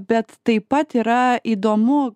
bet taip pat yra įdomu